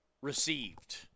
received